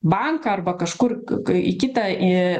banką arba kažkur k k į kitą į